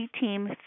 Team